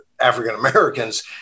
african-americans